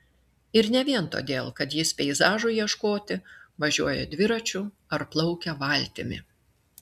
ir ne vien todėl kad jis peizažų ieškoti važiuoja dviračiu ar plaukia valtimi